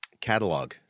catalog